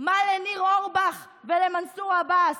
מה לניר אורבך ולמנסור עבאס?